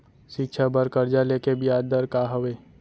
शिक्षा बर कर्जा ले के बियाज दर का हवे?